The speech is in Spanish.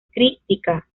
crítica